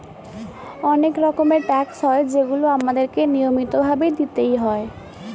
অনেক রকমের ট্যাক্স হয় যেগুলো আমাদের কে নিয়মিত ভাবে দিতেই হয়